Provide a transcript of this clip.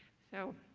so,